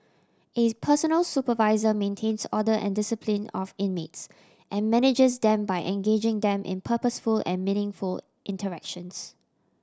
a personal supervisor maintains order and discipline of inmates and manages them by engaging them in purposeful and meaningful interactions